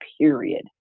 period